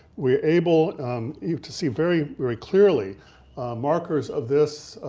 we are able to see very, very clearly markers of this.